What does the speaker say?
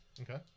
Okay